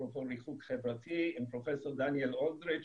אפרופו ריחוק חברתי, עם דניאל אלדריץ',